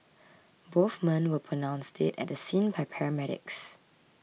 both men were pronounced dead at the scene by paramedics